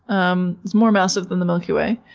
um it's more massive than the milky way,